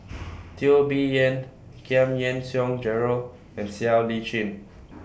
Teo Bee Yen Giam Yean Song Gerald and Siow Lee Chin